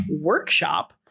workshop